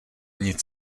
nic